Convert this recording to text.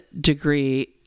degree